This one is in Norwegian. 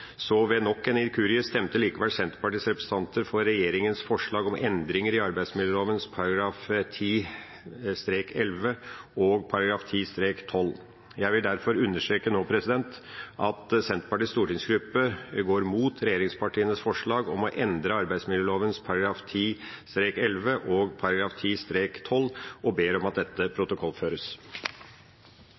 Ved nok en inkurie stemte likevel Senterpartiets representanter for regjeringas forslag om endringer i arbeidsmiljøloven §§ 10-11 og 10-12. Jeg vil derfor understreke nå at Senterpartiets stortingsgruppe går imot regjeringspartienes forslag om å endre arbeidsmiljøloven §§ 10-11 og 10-12 og ber om at dette protokollføres.